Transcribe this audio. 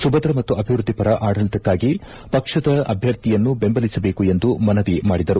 ಸುಭದ್ರ ಮತ್ತು ಅಭಿವೃದ್ಧಿ ಪರ ಆಡಳಿತಕ್ಕಾಗಿ ಅಭ್ಯರ್ಥಿಯನ್ನು ಬೆಂಬಲಿಸಬೇಕು ಎಂದು ಮನವಿ ಮಾಡಿದರು